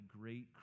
great